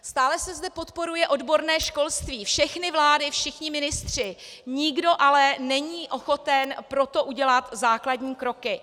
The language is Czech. Stále se zde podporuje odborné školství, všechny vlády, všichni ministři, nikdo ale není ochoten pro to udělat základní kroky.